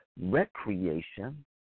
recreation